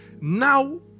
Now